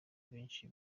benshi